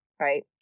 right